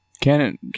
canon